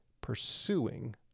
pursuing